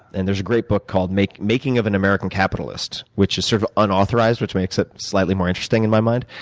and there's a great book called making of an american capitalist which is sort of unauthorized, which makes it slightly more interesting in my mind,